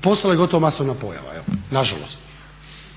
postalo je gotovo masovna pojava, nažalost.